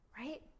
right